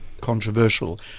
controversial